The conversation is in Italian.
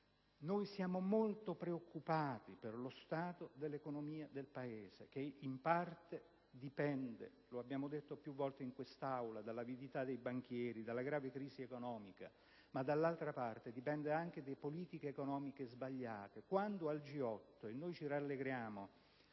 Siamo molto preoccupati per lo stato dell'economia del Paese, che in parte dipende - come abbiamo evidenziato più volte in quest'Aula - dall'avidità dei banchieri e dalla grave crisi economica, ma dipende anche da politiche economiche sbagliate. Noi ci rallegriamo